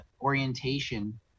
orientation